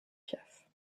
piaf